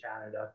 Canada